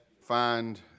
find